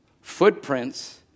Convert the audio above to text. footprints